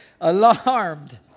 Alarmed